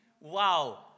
Wow